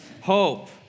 hope